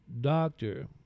doctor